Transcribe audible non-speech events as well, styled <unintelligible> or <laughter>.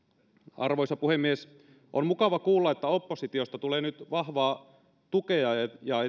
arvoisa puhemies on mukava kuulla että oppositiosta tulee nyt vahvaa tukea ja ja <unintelligible>